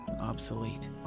obsolete